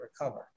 recover